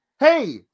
Hey